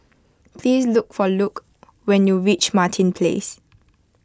please look for Luc when you reach Martin Place